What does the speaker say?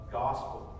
gospel